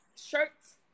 shirt's